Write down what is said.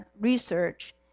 research